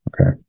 Okay